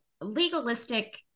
legalistic